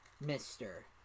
mister